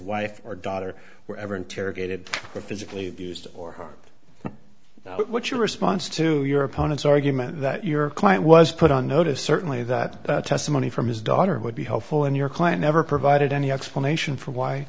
wife or daughter were ever interrogated or physically abused or what your response to your opponent's argument that your client was put on notice certainly that testimony from his daughter would be helpful in your client never provided any explanation for why